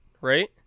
right